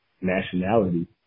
nationality